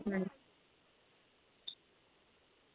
अं